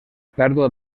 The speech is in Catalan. pèrdua